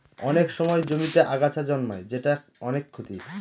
অনেক সময় জমিতে আগাছা জন্মায় যেটা অনেক ক্ষতির